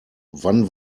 wann